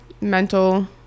mental